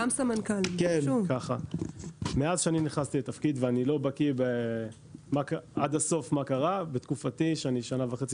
מאז שנכנסתי לתפקיד לפני שנה וחצי